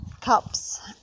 Cups